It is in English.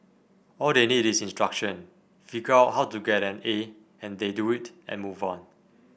all they need is instruction figure out how to get an A and they do it and move on